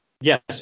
Yes